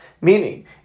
Meaning